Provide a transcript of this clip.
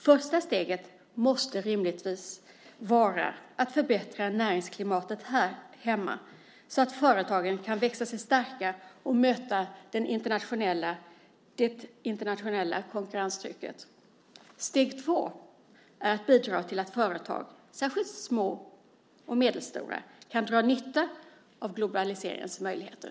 Första steget måste rimligtvis vara att förbättra näringsklimatet här hemma så att företagen kan växa sig starka och möta det internationella konkurrenstrycket. Steg två är att bidra till att företag, särskilt små och medelstora, kan dra nytta av globaliseringens möjligheter.